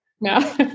No